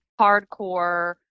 hardcore